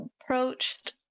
Approached